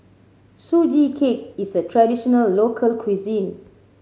Sugee Cake is a traditional local cuisine